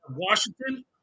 Washington